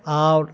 आओर